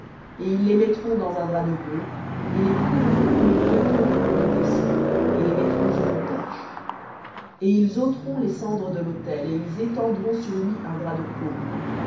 et ils les mettront dans un drap de bleu et les couvriront d'une couverture de peaux de taissons et les mettront sur une perche et ils ôteront les cendres de l'autel et ils étendront sur lui un drap de pourpre